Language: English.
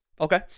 Okay